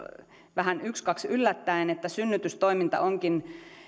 vähän ykskaks yllättäen että synnytystoiminta onkin